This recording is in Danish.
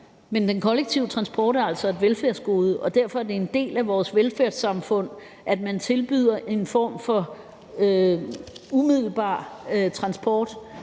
men den kollektive transport er altså et velfærdsgode, og derfor er det en del af vores velfærdssamfund, at man tilbyder en form for umiddelbar transport